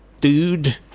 dude